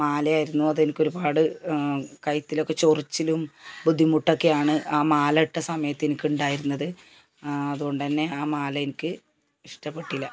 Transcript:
മാല ആയിരുന്നു അത് എനിക്ക് ഒരുപാട് കഴുത്തിലൊക്കെ ചൊറിച്ചിലും ബുദ്ധിമുട്ടൊക്കെ ആണ് ആ മാല ഇട്ട സമയത്ത് എനിക്ക് ഉണ്ടായിരുന്നത് അതുകൊണ്ട് തന്നെ ആ മാല എനിക്ക് ഇഷ്ടപ്പെട്ടില്ല